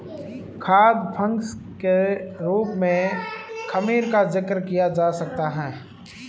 खाद्य फंगस के रूप में खमीर का जिक्र किया जा सकता है